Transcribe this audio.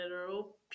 Literal